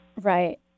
Right